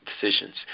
decisions